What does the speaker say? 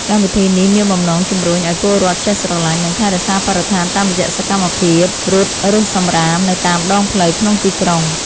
កម្មវិធីនេះមានបំណងជំរុញឱ្យពលរដ្ឋចេះស្រឡាញ់ និងថែរក្សាបរិស្ថានតាមរយៈសកម្មភាពរត់រើសសំរាមនៅតាមដងផ្លូវក្នុងទីក្រុង។